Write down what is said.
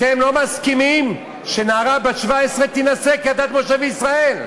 אתם לא מסכימים שנערה בת 17 תינשא כדת משה וישראל,